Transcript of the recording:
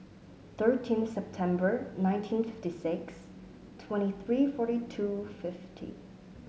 thirteen September nineteen fifty six twenty three forty two fifty